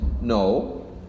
no